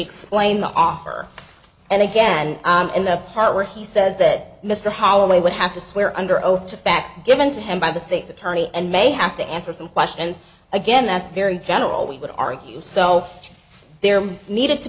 explained the offer and again in the part where he says that mr holloway would have to swear under oath to facts given to him by the state's attorney and may have to answer some questions again that's very general we would argue so there needed to